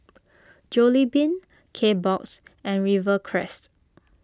Jollibean Kbox and Rivercrest